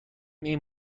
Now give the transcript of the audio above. این